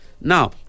now